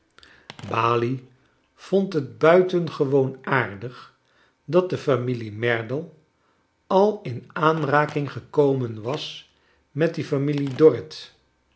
balie vond het buitengewoon aardig dat de familie merdle al in aanraking gekomen was met die familie dorrit